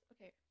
Okay